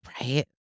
right